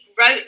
wrote